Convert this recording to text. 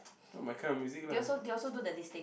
not my kind of music lah